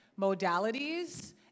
modalities